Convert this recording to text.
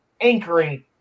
anchoring